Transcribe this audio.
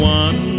one